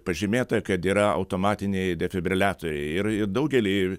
pažymėta kad yra automatiniai defibriliatoriai ir daugely